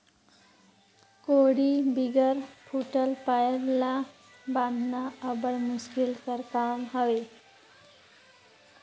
कोड़ी बिगर फूटल पाएर ल बाधना अब्बड़ मुसकिल कर काम हवे